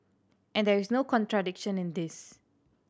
and there is no contradiction in this